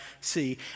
see